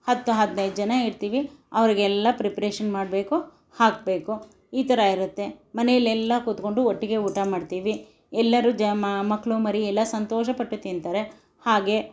ಹತ್ತು ಹದ್ನೈದು ಜನ ಇರ್ತೀವಿ ಅವರಿಗೆಲ್ಲ ಪ್ರಿಪ್ರೇಷನ್ ಮಾಡಬೇಕು ಹಾಕಬೇಕು ಈ ಥರ ಇರುತ್ತೆ ಮನೆಯಲ್ಲಿ ಎಲ್ಲ ಕೂತ್ಕೊಂಡು ಒಟ್ಟಿಗೆ ಊಟ ಮಾಡ್ತೀವಿ ಎಲ್ಲರು ಜ ಮಕ್ಕಳು ಮರಿ ಎಲ್ಲ ಸಂತೋಷಪಟ್ಟು ತಿಂತಾರೆ ಹಾಗೆ